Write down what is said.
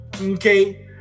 okay